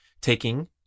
taking